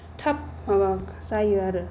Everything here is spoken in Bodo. थाब माबा जायो आरो